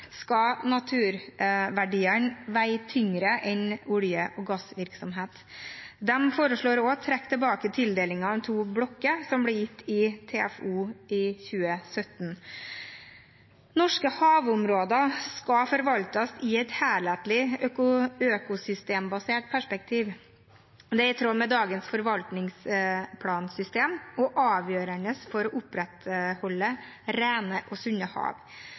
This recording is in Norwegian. skal naturverdiene veie tyngre enn olje- og gassvirksomhet. De foreslår også å trekke tilbake tildelingen av to blokker som ble gitt i TFO 2017. Norske havområder skal forvaltes i et helhetlig økosystembasert perspektiv. Det er i tråd med dagens forvaltningsplansystem og avgjørende for å opprettholde rene og sunne hav.